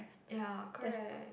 ya correct